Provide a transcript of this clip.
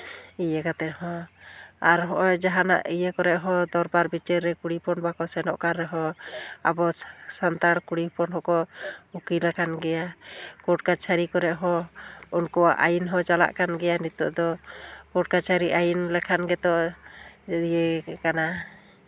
ᱤᱭᱟᱹ ᱠᱟᱛᱮᱫ ᱦᱚᱸ ᱟᱴ ᱱᱚᱜᱼᱚᱭ ᱡᱟᱦᱟᱱᱟᱜ ᱤᱭᱟᱹ ᱠᱚᱨᱮᱫ ᱦᱚᱸ ᱫᱚᱨᱠᱟᱨ ᱵᱤᱪᱟᱹᱨ ᱨᱮ ᱠᱩᱲᱤ ᱦᱚᱯᱚᱱ ᱵᱟᱠᱚ ᱥᱮᱱᱚᱜ ᱠᱟᱱ ᱨᱮᱦᱚᱸ ᱟᱵᱚ ᱥᱟᱱᱛᱟᱲ ᱠᱩᱲᱤ ᱦᱚᱯᱚᱱ ᱦᱚᱸᱠᱚ ᱩᱠᱤᱞ ᱟᱠᱟᱱ ᱜᱮᱭᱟ ᱠᱳᱨᱴ ᱠᱟᱪᱷᱟᱨᱤ ᱠᱚᱨᱮᱫ ᱦᱚᱸ ᱩᱱᱠᱩᱣᱟᱜ ᱟᱹᱭᱤᱱ ᱫᱚ ᱪᱟᱞᱟᱜ ᱠᱟᱱ ᱜᱮᱭᱟ ᱱᱤᱛᱚᱜ ᱠᱳᱨᱴ ᱠᱟᱪᱷᱟᱨᱤ ᱟᱭᱤᱱ ᱞᱮᱠᱷᱟᱱ ᱜᱮᱛᱚ ᱤᱭᱟᱹ ᱠᱟᱱᱟ